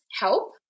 help